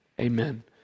Amen